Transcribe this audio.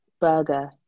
burger